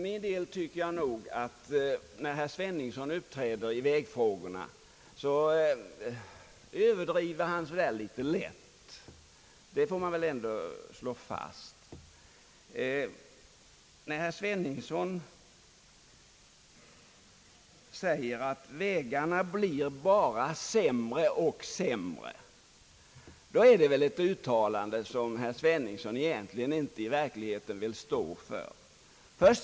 Sedan tycker jag nog att herr Sveningsson i vägfrågorna överdriver litet. Herr Sveningsson säger, att vägarna bara blir sämre och sämre, men det vill väl herr Sveningsson inte i verkligheten stå för?